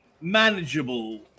manageable